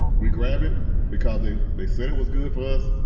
um we grab it because they they said it was good for us,